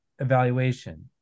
evaluation